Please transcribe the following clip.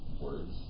words